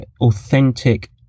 authentic